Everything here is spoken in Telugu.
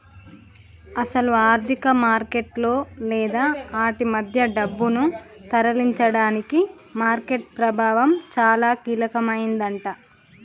అసలు ఆర్థిక మార్కెట్లలో లేదా ఆటి మధ్య డబ్బును తరలించడానికి మార్కెట్ ప్రభావం చాలా కీలకమైందట